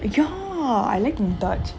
ya I like mumtaz